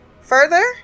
further